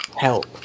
help